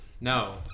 No